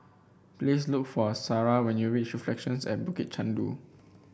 please look for Sarrah when you reach Reflections at Bukit Chandu